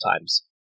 times